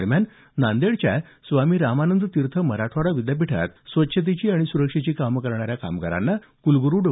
दरम्यान नांदेडच्या स्वामी रामानंद तीर्थ मराठवाडा विद्यापीठात स्वच्छतेची आणि सुरक्षेची कामं करणाऱ्या कामगारांना कुलग्रु डॉ